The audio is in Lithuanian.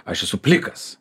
aš esu plikas